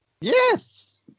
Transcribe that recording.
Yes